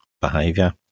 behaviour